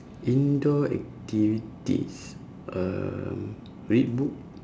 indoor activities um read book